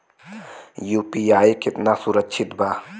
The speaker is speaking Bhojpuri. यू.पी.आई कितना सुरक्षित बा?